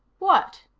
what?